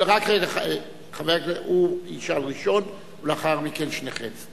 רק רגע, הוא ישאל ראשון ולאחר מכן שניכם.